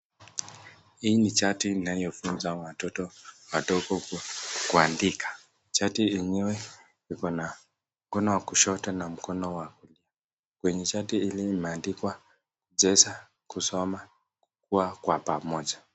Hii ni chati inayofunza watoto wadogo kuandika. Chati yenyewe iko na mkono wa kushoto na mkono wa. Kwenye chati hili limeandikwa ucheza, kusoma kukua kwa pamoja.